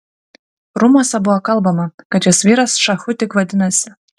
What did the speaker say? rūmuose buvo kalbama kad jos vyras šachu tik vadinasi